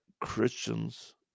Christians